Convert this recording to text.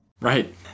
Right